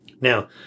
Now